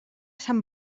sant